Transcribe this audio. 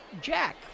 Jack